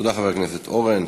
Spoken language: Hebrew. תודה לחבר הכנסת אורן.